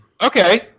Okay